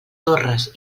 torres